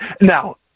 now –